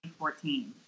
2014